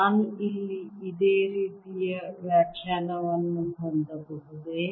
ನಾನು ಇಲ್ಲಿ ಇದೇ ರೀತಿಯ ವ್ಯಾಖ್ಯಾನವನ್ನು ಹೊಂದಬಹುದೇ